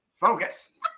Focus